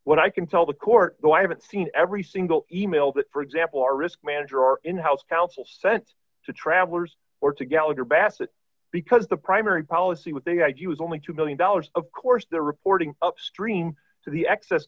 what i can tell the court though i haven't seen every single e mail that for example our risk manager our in house counsel sent to travelers or to gallagher bassett because the primary policy with the idea was only two million dollars of course the reporting upstream to the excess